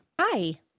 Hi